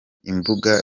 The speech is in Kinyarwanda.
imbuga